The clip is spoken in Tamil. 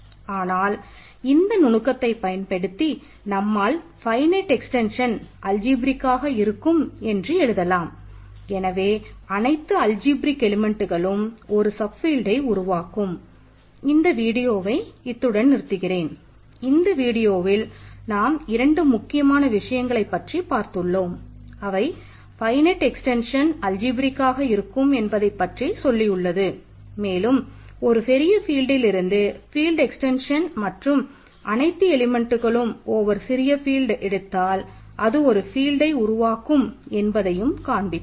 ஆனால் இந்த நுணுக்கத்தை உபயோகப்படுத்தி நம்மால் ஃபைனட் உருவாக்கும் என்பதையும் காண்பித்தோம்